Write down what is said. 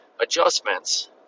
adjustments